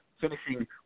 finishing